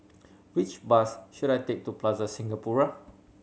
which bus should I take to Plaza Singapura